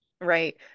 right